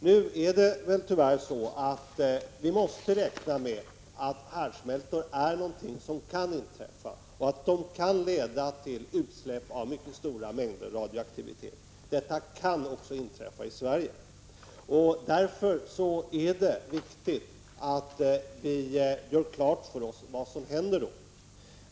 Nu är det tyvärr så att vi måste räkna med att härdsmältor är någonting som kan inträffa och som kan leda till utsläpp av mycket stora mängder radioaktivitet. Detta kan också inträffa i Sverige. Därför är det viktigt att vi gör klart för oss vad som då händer.